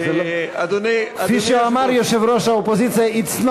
כפי שאמר יושב-ראש האופוזיציה: It's not